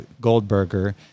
Goldberger